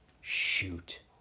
Shoot